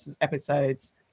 episodes